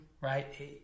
right